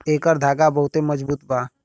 एकर धागा बहुते मजबूत बा